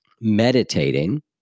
meditating